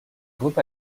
groupe